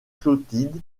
clotilde